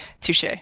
Touche